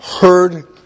heard